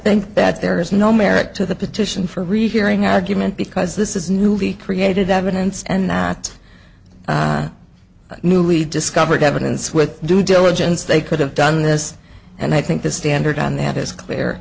think that there is no merit to the petition for rehearing argument because this is new he created that evidence and not newly discovered evidence with due diligence they could have done this and i think the standard on that is clear